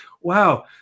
wow